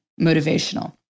motivational